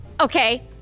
Okay